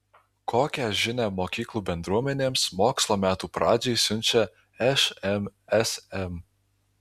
kokią žinią mokyklų bendruomenėms mokslo metų pradžiai siunčia šmsm